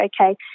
okay